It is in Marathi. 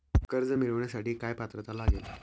कर्ज मिळवण्यासाठी काय पात्रता लागेल?